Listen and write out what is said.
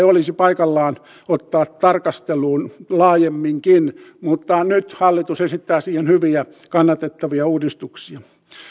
olisi paikallaan ottaa tarkasteluun laajemminkin mutta nyt hallitus esittää siihen hyviä kannatettavia uudistuksia